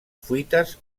fuites